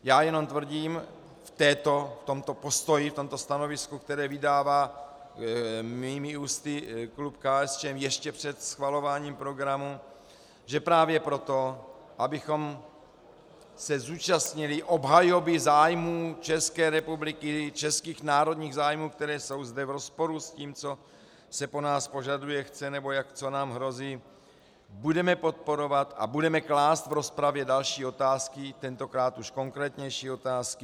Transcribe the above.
Já jenom tvrdím v tomto postoji, v tomto stanovisku, které vydává mými ústy klub KSČM ještě před schvalováním programu, že právě proto, abychom se zúčastnili obhajoby zájmů České republiky, českých národních zájmů, které jsou zde v rozporu s tím, co se po nás požaduje, chce, nebo jak co nám hrozí, budeme podporovat a budeme klást v rozpravě další otázky, tentokrát už konkrétnější otázky.